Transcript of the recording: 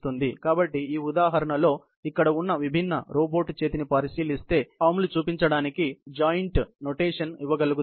కాబట్టి ఈ ఉదాహరణలో ఇక్కడ ఉన్న విభిన్న రోబోట్ ఆర్మ్ ని పరిశీలిస్తే ఈ ఆర్మ్ ల ను చూపించడానికి జాయింట్ సంజ్ఞామానం ఇవ్వగలుగుతాము